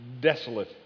desolate